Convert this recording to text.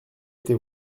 été